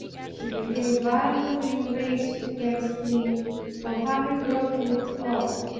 she became violently enraged against me for having broken it off.